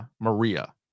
Maria